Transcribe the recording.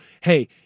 hey